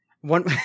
one